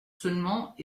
seulement